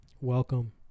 Welcome